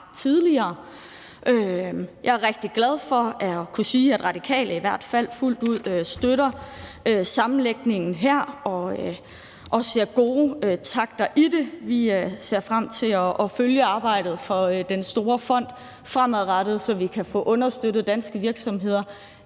Jeg er rigtig glad for at kunne sige, at Radikale i hvert fald fuldt ud støtter sammenlægningen her og ser gode takter i det. Vi ser frem til at følge arbejdet i den store fond fremadrettet, så vi kan få understøttet danske virksomheder